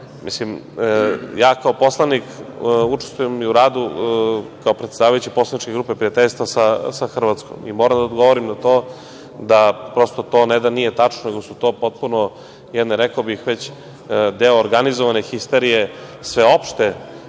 Srbije. Ja kao poslanik učestvujem i u radu kao predsedavajući poslaničke Grupe prijateljstva sa Hrvatskom i moram da odgovorim na to da prosto to ne da nije tačno, nego su to potpuno jedne, rekao bih, već deo organizovane histerije, sveopšte,